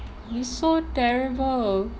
you so terrible